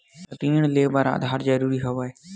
ऋण ले बर आधार जरूरी हवय का?